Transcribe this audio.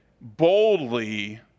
boldly